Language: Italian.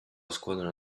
squadra